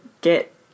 get